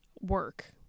work